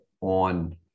on